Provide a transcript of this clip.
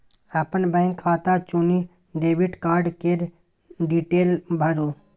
अपन बैंक खाता चुनि डेबिट कार्ड केर डिटेल भरु